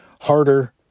harder